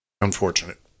unfortunate